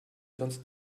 sonst